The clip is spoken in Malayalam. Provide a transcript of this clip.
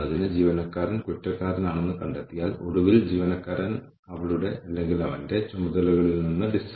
അതിനാൽ നമ്മൾ IPO input process output scorecard ചർച്ചചെയ്യുമ്പോൾ ആളുകൾക്ക് പ്രോഗ്രാം എത്ര തവണ നൽകണമെന്ന് നിങ്ങൾ കണ്ടെത്തും